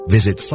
Visit